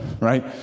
right